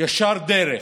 ישר דרך,